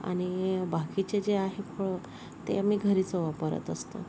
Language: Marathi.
आणि बाकीचे जे आहेत फळं ते आम्ही घरीच वापरत असतो